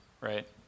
right